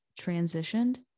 transitioned